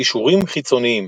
קישורים חיצוניים